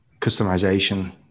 customization